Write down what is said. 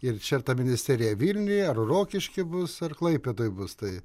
ir čia ta ministerija vilniuje ar rokišky bus ar klaipėdoj bus tai